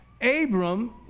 Abram